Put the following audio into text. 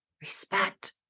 respect